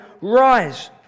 rise